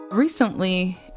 Recently